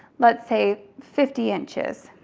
let's say fifty inches,